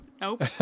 Nope